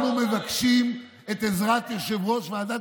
אנחנו מבקשים את עזרת יושב-ראש ועדת